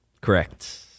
Correct